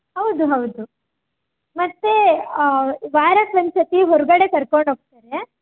ಹೌದು ಹೌದು ಮತ್ತು ವಾರಕ್ಕೆ ಒಂದು ಸತಿ ಹೊರಗಡೆ ಕರ್ಕೊಂಡು ಹೋಗ್ತಾರೆ